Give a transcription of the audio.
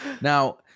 Now